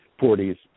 40s